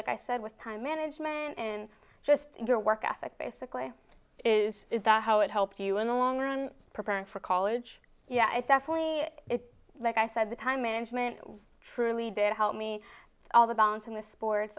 like i said with time management and just your work ethic basically is is that how it helps you in the long run preparing for college yeah it definitely is like i said the time management truly did help me all the balance in the sports